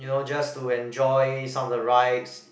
you know just to enjoy some of the rides